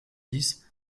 dix